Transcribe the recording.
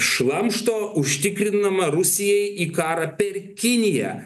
šlamšto užtikrinama rusijai į karą per kiniją